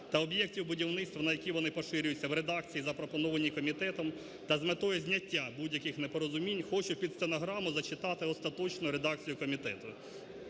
та об'єктів будівництва, на які вони поширюються, в редакції, запропонованій комітетом, та з метою зняття будь-яких непорозумінь хочу під стенограму зачитати остаточну редакцію комітету.